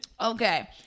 Okay